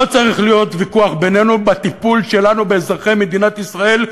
לא צריך להיות ויכוח בינינו על הטיפול שלנו באזרחי מדינת ישראל,